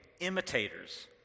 imitators